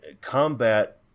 combat